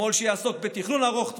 שמאל שיעסוק בתכנון ארוך טווח,